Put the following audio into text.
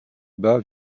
bas